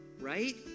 right